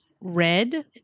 red